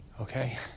Okay